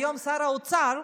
היום שר האוצר,